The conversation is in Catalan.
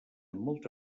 molta